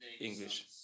English